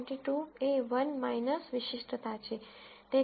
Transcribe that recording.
22 એ 1 વિશિષ્ટતા છે